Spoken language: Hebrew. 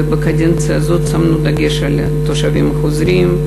ובקדנציה הזאת שמנו דגש על תושבים חוזרים.